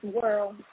world